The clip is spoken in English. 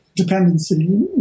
dependency